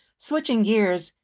switching gears,